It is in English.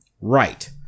Right